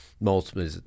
multiple